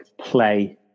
play